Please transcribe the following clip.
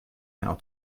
how